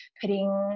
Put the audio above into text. putting